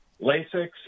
lasix